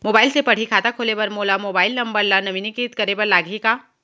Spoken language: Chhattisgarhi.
मोबाइल से पड़ही खाता खोले बर मोला मोबाइल नंबर ल नवीनीकृत करे बर लागही का?